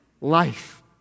life